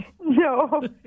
No